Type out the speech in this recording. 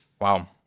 Wow